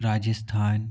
Rajasthan